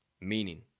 meaning